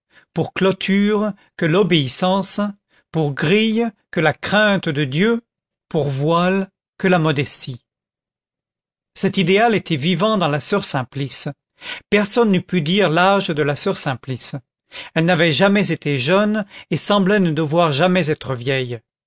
pour clôture que l'obéissance pour grille que la crainte de dieu pour voile que la modestie cet idéal était vivant dans la soeur simplice personne n'eût pu dire l'âge de la soeur simplice elle n'avait jamais été jeune et semblait ne devoir jamais être vieille